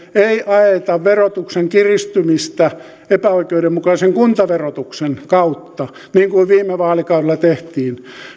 ei ajeta verotuksen kiristymistä epäoikeudenmukaisen kuntaverotuksen kautta niin kuin viime vaalikaudella tehtiin